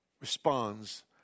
responds